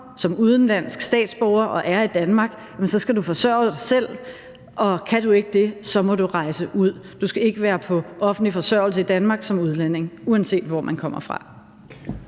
som udenlandsk statsborger og er i Danmark, skal du forsørge dig selv, og kan du ikke det, må du rejse ud; du skal ikke være på offentlig forsørgelse i Danmark som udlænding, uanset hvor du kommer fra.